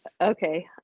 Okay